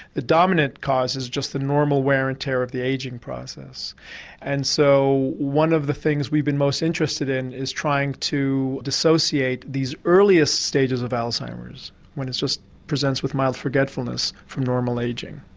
the dominant cause is just the normal wear and tear of the ageing process and so one of the things we'd been most interested in is trying to dissociate these earliest stages of alzheimer's when it just presents with mild forgetfulness from normal ageing.